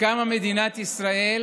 כשקמה מדינת ישראל